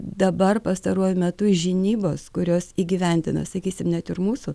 dabar pastaruoju metu žinybos kurios įgyvendina sakysim net ir mūsų